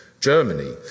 Germany